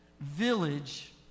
village